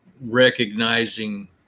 recognizing